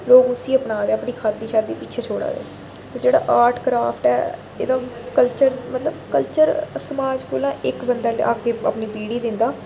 लोक उसी अपना दे अपनी खाद्धी शाद्धी पिच्छें छोड़ा दे ते जेह्ड़ा आर्ट क्राफ्ट ऐ एह्दा बी कल्चर मतलब कल्चर समाज कोला इक बंदा अपने अपनी पीढ़ी गी दिंदा